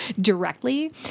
directly